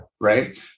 right